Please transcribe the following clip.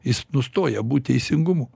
jis nustoja būt teisingumu